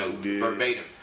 verbatim